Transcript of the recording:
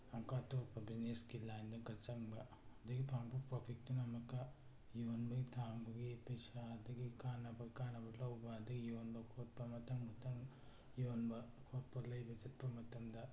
ꯑꯃꯨꯛꯀ ꯑꯇꯣꯞꯄ ꯕꯤꯖꯤꯅꯦꯁꯀꯤ ꯂꯥꯏꯟꯗ ꯑꯃꯨꯛꯀ ꯆꯪꯕ ꯑꯗꯒꯤ ꯐꯪꯉꯛꯄ ꯄ꯭ꯔꯣꯐꯤꯠꯇꯨꯅ ꯑꯃꯨꯛꯀ ꯌꯣꯟꯕꯩ ꯊꯥꯡꯕꯒꯤ ꯄꯩꯁꯥ ꯑꯗꯒꯤ ꯀꯥꯟꯅꯕ ꯀꯥꯟꯅꯕ ꯂꯧꯕ ꯑꯗꯩ ꯌꯣꯟꯕ ꯈꯣꯠꯄ ꯃꯊꯪ ꯃꯊꯪ ꯌꯣꯟꯕ ꯈꯣꯠꯄ ꯂꯩꯕ ꯆꯠꯄ ꯃꯇꯝꯗ